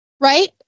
Right